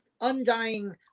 undying